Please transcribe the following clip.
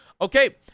okay